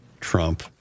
Trump